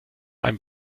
einem